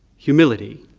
humility,